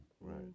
Right